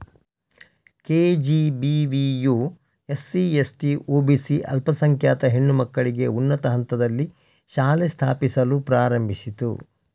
ಕೆ.ಜಿ.ಬಿ.ವಿಯು SC, ST, OBC ಅಲ್ಪಸಂಖ್ಯಾತ ಹೆಣ್ಣು ಮಕ್ಕಳಿಗೆ ಉನ್ನತ ಹಂತದಲ್ಲಿ ಶಾಲೆ ಸ್ಥಾಪಿಸಲು ಪ್ರಾರಂಭಿಸಿತು